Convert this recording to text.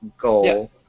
goal